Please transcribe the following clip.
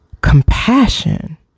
compassion